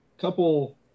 couple